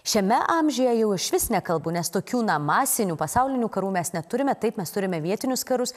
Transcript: šiame amžiuje jau išvis nekalbu nes tokių masinių pasaulinių karų mes neturime taip mes turime vietinius karus